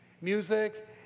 music